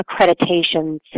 accreditation